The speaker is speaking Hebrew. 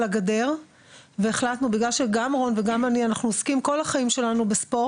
הגדר והחלטנו בגלל שגם רון וגם אני עוסקים כל חיינו בספורט